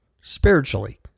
Spiritually